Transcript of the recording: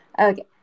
Okay